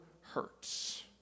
hurts